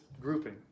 grouping